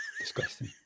Disgusting